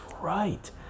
right